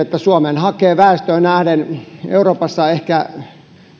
että suomeen hakee väestöön nähden euroopassa ehkä